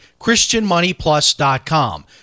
christianmoneyplus.com